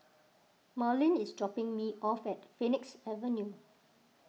Marlyn is dropping me off at Phoenix Avenue